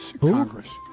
Congress